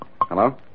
Hello